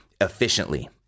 efficiently